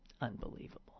unbelievable